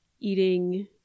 eating